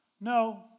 no